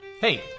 Hey